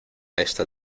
esta